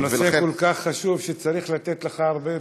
הנושא כל כך חשוב שצריך לתת לך הרבה יותר משלוש דקות.